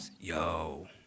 Yo